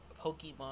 Pokemon